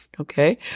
Okay